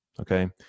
okay